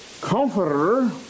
comforter